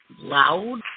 loud